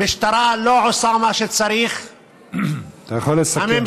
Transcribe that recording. המשטרה לא עושה מה שצריך, אתה יכול לסכם.